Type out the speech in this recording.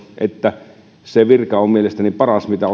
että se virka on mielestäni paras mitä